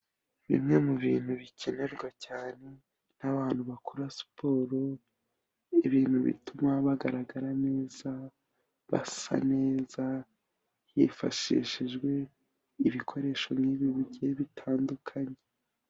Bimwe mu bintu bikenerwa cyane n'abantu bakora siporo, ibintu bituma bagaragara neza, basa neza, hifashishijwe ibikoresho nk'ibi bigiye bitandukanye.